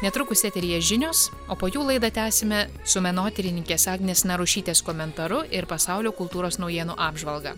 netrukus eteryje žinios o po jų laidą tęsime su menotyrininkės agnės narušytės komentaru ir pasaulio kultūros naujienų apžvalga